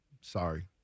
sorry